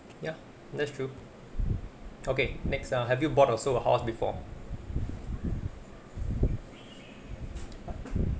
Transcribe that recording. yup that's true okay next err have you bought or sold a house before